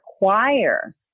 require